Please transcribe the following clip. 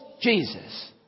Jesus